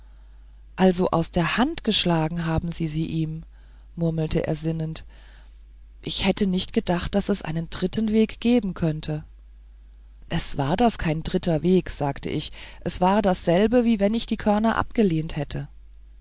also aus der hand geschlagen haben sie sie ihm murmelte er sinnend ich hätte nie gedacht daß es einen dritten weg geben könnte es war das kein dritter weg sagte ich es war derselbe wie wenn ich die körner abgelehnt hätte